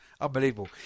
Unbelievable